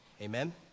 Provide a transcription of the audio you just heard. Amen